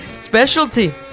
specialty